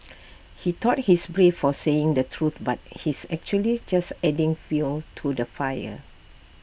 he thought he's brave for saying the truth but he's actually just adding fuel to the fire